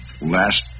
last